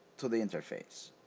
to the interface